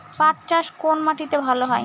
পাট চাষ কোন মাটিতে ভালো হয়?